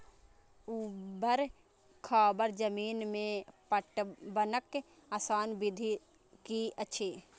ऊवर खावर जमीन में पटवनक आसान विधि की अछि?